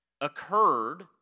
occurred